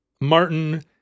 Martin